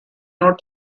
not